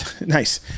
Nice